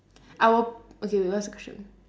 I will okay wait what's the question